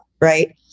right